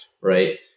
right